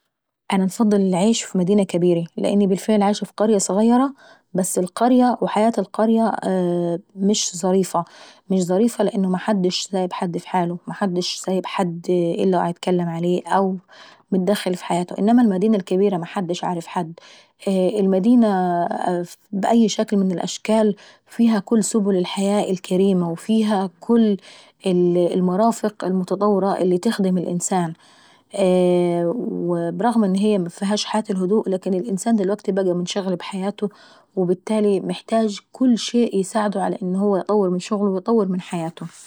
انا انفضل انعيش في مدينة كبيرة لاني بالفعل عايشة اف قرية، بس القرية وحياة القرية مش ظريفة، مش ظريفة لان محدش سايب حد ف حاله، ومحدش سايب حد الا وعيتكلم عليه أو متدخل اف حياته. انما المدينة الكابيرة محدش عارف حد. المدينة بأي شكل من الاشكال فيها كل سبل الحياة الكريمة، وفيها كل المرافق المتطورة اللي تخدم الانسان. وبرغم ان هي مفيهاش حياة الهدوء لكن الانسان دلوكتي منشغل ابحياته، وبالتالي محتاج كل شيء ايساعده ان هو ايطور من شغله ويطور من حياته.